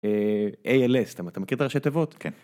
ALS, אתה מכיר את הראשי תיבות? כן.